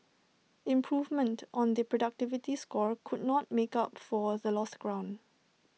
improvement on the productivity score couldn't make up for the lost ground